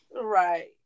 Right